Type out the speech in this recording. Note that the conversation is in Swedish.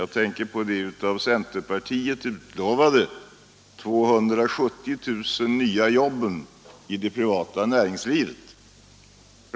Jag tänker på de av centerpartiet utlovade 270 000 nya jobben i det privata näringslivet.